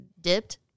dipped